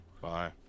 Bye